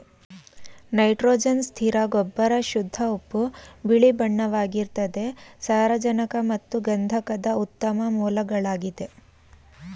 nitrogen ಸ್ಥಿರ ಗೊಬ್ಬರ ಶುದ್ಧ ಉಪ್ಪು ಬಿಳಿಬಣ್ಣವಾಗಿರ್ತದೆ ಸಾರಜನಕ ಮತ್ತು ಗಂಧಕದ ಉತ್ತಮ ಮೂಲಗಳಾಗಿದೆ